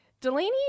delaney